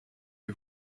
les